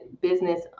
business